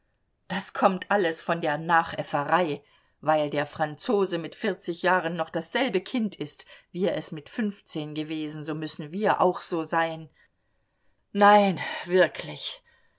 das kommt alles von der nachäfferei weil der franzose mit vierzig jahren noch dasselbe kind ist wie er es mit fünfzehn gewesen so müssen wir auch so sein nein wirklich